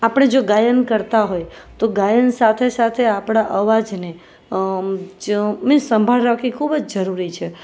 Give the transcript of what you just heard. આપણે જો ગાયન કરતા હોય તો ગાયન સાથે સાથે આપણા અવાજને મીન્સ સંભાળ રાખવી ખૂબ જ જરૂરી છે